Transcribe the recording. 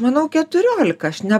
manau keturiolika aš ne